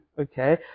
okay